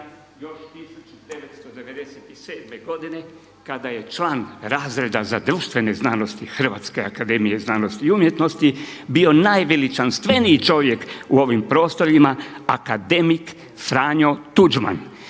još 1997. godine kada je član razreda za društvene znanosti Hrvatske akademije znanosti i umjetnosti bio najveličanstveniji čovjek u ovim prostorima akademik Franjo Tuđman.